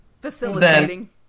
Facilitating